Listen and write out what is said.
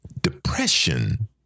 depression